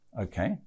Okay